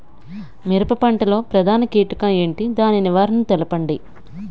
మిరప పంట లో ప్రధాన కీటకం ఏంటి? దాని నివారణ తెలపండి?